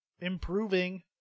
improving